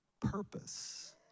purpose